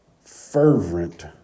fervent